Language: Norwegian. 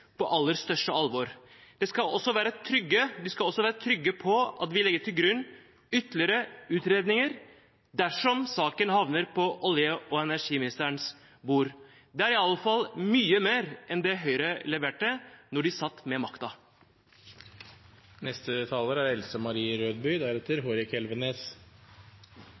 på det aller største alvor. De skal også være trygge på at vi legger til grunn ytterligere utredninger dersom saken havner på olje- og energiministerens bord. Det er i alle fall mye mer enn det Høyre leverte da de satt med